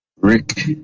Rick